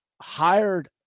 hired